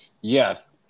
Yes